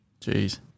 Jeez